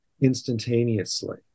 instantaneously